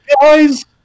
guys